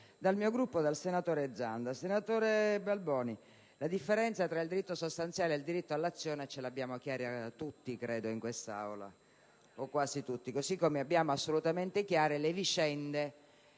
del mio Gruppo, espressa dal senatore Zanda. Senatore Balboni, la differenza tra il diritto sostanziale e il diritto all'azione credo che l'abbiamo chiara tutti in quest'Aula, o almeno quasi tutti, così come abbiamo assolutamente chiare le vicende